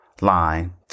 line